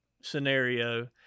scenario